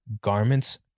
garments